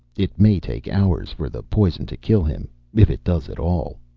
it may take hours for the poison to kill him if it does at all.